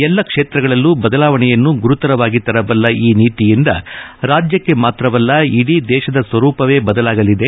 ಎಲ್ಲ ಕ್ಷೇತ್ರಗಳಲ್ಲೂ ಬದಲಾವಣೆಯನ್ನು ಗುರುತರವಾಗಿ ತರಬಲ್ಲ ಈ ನೀತಿಯಿಂದ ರಾಜ್ಯಕ್ಕೆ ಮಾತ್ರವಲ್ಲ ಇಡೀ ದೇಶದ ಸ್ವರೂಪವೇ ಬದಲಾಗಲಿದೆ